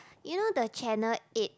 you know the channel eight